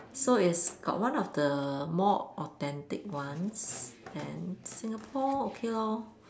so it's got one of the more authentic ones then Singapore okay loh